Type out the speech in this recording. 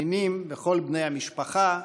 הנינים וכל בני המשפחה,